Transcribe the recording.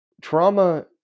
Trauma